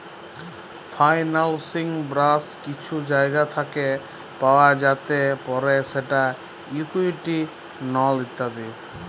ফাইলালসিং ব্যাশ কিছু জায়গা থ্যাকে পাওয়া যাতে পারে যেমল ইকুইটি, লল ইত্যাদি